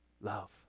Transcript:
Love